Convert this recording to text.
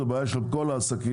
אלא בעיה של כל העסקים.